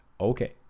okay